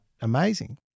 amazing